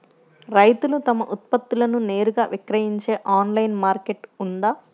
రైతులు తమ ఉత్పత్తులను నేరుగా విక్రయించే ఆన్లైను మార్కెట్ ఉందా?